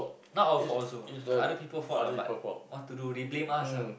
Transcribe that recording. not our fault also it's other people fault lah but what to do they blame us ah